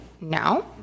now